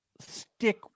stick